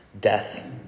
death